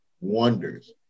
wonders